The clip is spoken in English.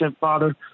father